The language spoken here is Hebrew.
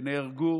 שנהרגו